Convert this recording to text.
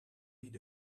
eat